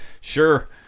Sure